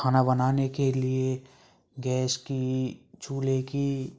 खाना बनाने के लिए गैस की चूल्हे की